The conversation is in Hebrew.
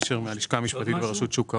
הלשכה המשפטית, רשות שוק ההון.